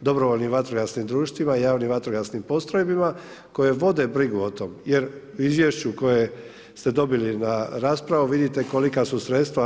dobrovoljnim vatrogasnim društvima, javnim vatrogasnim postrojbama koje vode brigu o tom jer u izvješću koje ste dobili na raspravu vidite kolika su sredstva.